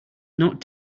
not